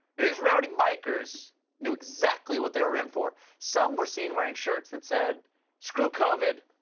these rowdy bikers knew exactly what they were in for. some were seen wearing shutters that said screw covid,